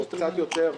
או קצת יותר,